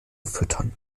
füttern